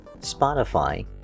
Spotify